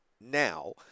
now